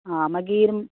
हा मागीर